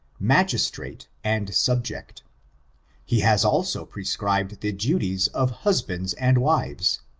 magistrate and subject he has also prescribed the duties of husbands and wives,